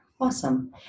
awesome